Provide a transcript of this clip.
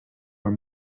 were